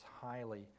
highly